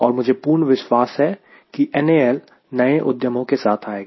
और मुझे पूर्ण विश्वास है की NAL नए उद्यमों के साथ आएगा